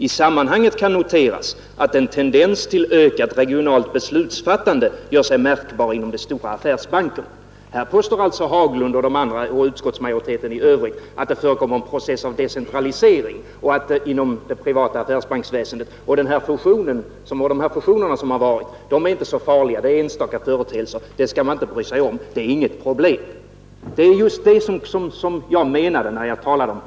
I sammanhanget kan noteras att en tendens till ökat regionalt beslutsfattande gör sig märkbar inom de stora affärsbankerna.” Här påstår alltså herr Haglund och den övriga utskottsmajoriteten att det förekommer en process som innebär en decentralisering inom det privata affärsbanksväsendet och att de fusioner som förekommit inte är så farliga. Det är enstaka företeelser som man inte skall bry sig om, det är inget problem. När jag talade om partibyråkrater var det just detta jag tänkte på.